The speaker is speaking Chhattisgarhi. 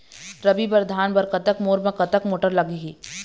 रबी बर धान बर कतक बोर म कतक मोटर लागिही?